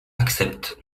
accepte